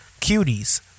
Cuties